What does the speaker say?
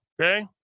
Okay